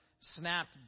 snapped